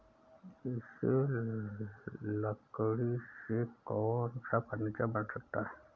इस लकड़ी से कौन सा फर्नीचर बन सकता है?